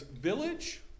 village